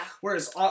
Whereas